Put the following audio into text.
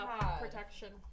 protection